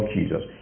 Jesus